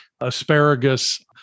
asparagus